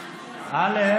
א.